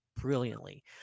brilliantly